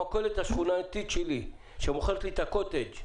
המכולת השכונתית שלי שמוכרת לי את הקוטג'